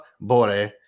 bore